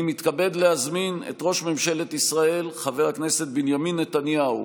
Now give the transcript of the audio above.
אני מתכבד להזמין את ראש ממשלת ישראל חבר הכנסת בנימין נתניהו